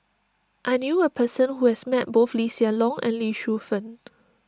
I knew a person who has met both Lee Hsien Loong and Lee Shu Fen